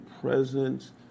presence